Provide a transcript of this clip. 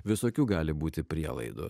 visokių gali būti prielaidų